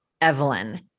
Evelyn